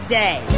day